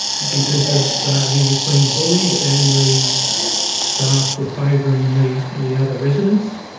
because of he was being bullied, and the staff were favouring the the other residents.